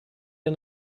der